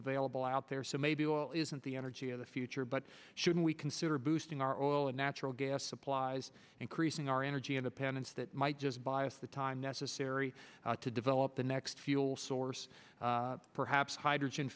available out there so maybe oil isn't the energy of the future but shouldn't we consider boosting our own oil and natural gas supplies increasing our energy independence that might just bias the time serry to develop the next fuel source perhaps hydrogen